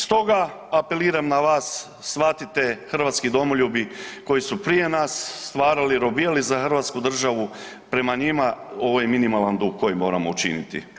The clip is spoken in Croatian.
Stoga, apeliram na vas shvatite hrvatski domoljubi koji su prije nas stvarali, robijali za hrvatsku državu prema njima ovo je minimalan dug kojeg moramo učiniti.